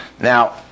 Now